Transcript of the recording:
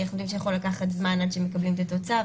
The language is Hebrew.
כי אנחנו יודעים שיכול לקחת זמן עד שמקבלים את התוצאה,